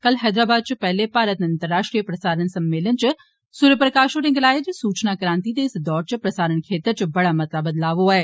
कल हैदराबाद च पेहले भारत अंतर्राश्ट्रीय प्रसारण सम्मेलन च सूर्य प्रकाष होरें गलाया जे सूचना क्रांति दे इस दौर च प्रसारण क्षेत्र च बड़ा मता बदलाव होआ ऐ